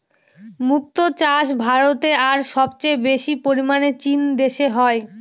মক্তো চাষ ভারতে আর সবচেয়ে বেশি পরিমানে চীন দেশে হয়